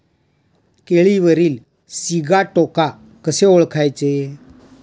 केळीवरील सिगाटोका कसे ओळखायचे?